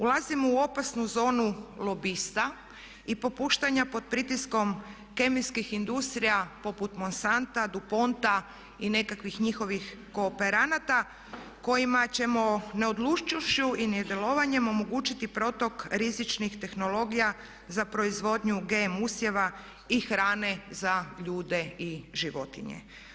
Ulazimo u opasnu zonu lobista i popuštanja pod pritiskom kemijskih industrija poput monsanta, duponta i nekakvih njihovih kooperanata kojima ćemo neodlučnošću i nedjelovanjem omogućiti protok rizičnih tehnologija za proizvodnju GM usjeva i hrane za ljude i životinje.